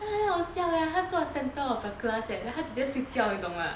她很好笑 leh 她坐 centre of the class then 她直接睡觉你懂吗